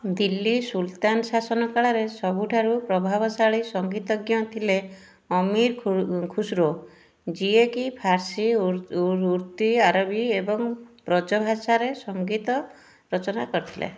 ଦିଲ୍ଲୀ ସୁଲତାନ ଶାସନକାଳର ସବୁଠାରୁ ପ୍ରଭାବଶାଳୀ ସଙ୍ଗୀତଜ୍ଞ ଥିଲେ ଅମୀର ଖୁସରୋ ଯିଏକି ଫାରସୀ ତୁର୍କୀ ଆରବୀ ଏବଂ ବ୍ରଜ ଭାଷାରେ ସଙ୍ଗୀତ ରଚନା କରିଥିଲେ